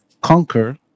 conquer